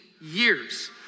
years